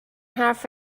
حرف